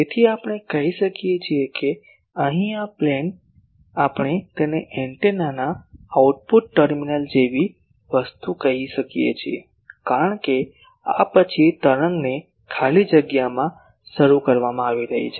તેથી આપણે કહી શકીએ કે અહીં આ પ્લેન આપણે એને એન્ટેનાના આઉટપુટ ટર્મિનલ જેવી વસ્તુ કહી શકીએ છીએ કારણ કે આ પછી તરંગને ખાલી જગ્યામાં શરૂ કરવામાં આવી રહી છે